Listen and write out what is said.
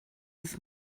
this